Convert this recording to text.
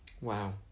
wow